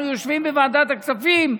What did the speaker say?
אנחנו יושבים בוועדת הכספים,